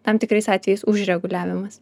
tam tikrais atvejais užreguliavimas